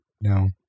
No